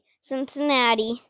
Cincinnati